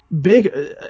big